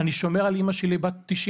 אני שומר על אמא שלי בת 95